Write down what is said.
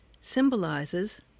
symbolizes